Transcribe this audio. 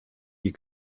die